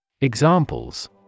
Examples